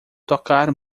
tocar